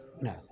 no